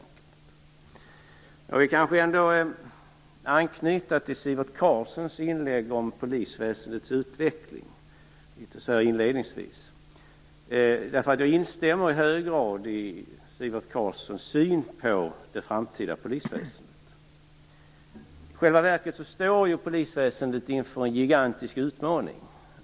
Jag vill ändå inledningsvis anknyta till Sivert Carlssons inlägg om polisväsendets utveckling. Jag instämmer i hög grad i hans syn på det framtida polisväsendet. I själva verket står polisväsendet inför en gigantisk utmaning.